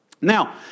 Now